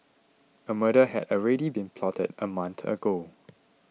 a murder had already been plotted a month ago